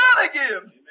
again